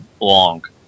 long